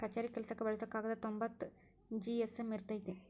ಕಛೇರಿ ಕೆಲಸಕ್ಕ ಬಳಸು ಕಾಗದಾ ತೊಂಬತ್ತ ಜಿ.ಎಸ್.ಎಮ್ ಇರತತಿ